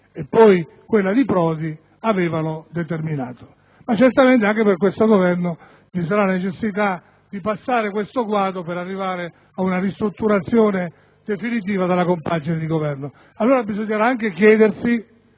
e poi quella di Prodi, avevano determinato. Certamente, anche per questo Governo vi sarà la necessità di passare questo guado per arrivare ad una ristrutturazione definitiva della compagine governativa. Bisognerà allora anche chiedersi